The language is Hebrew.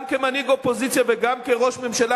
גם כמנהיג האופוזיציה וגם כראש הממשלה,